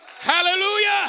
Hallelujah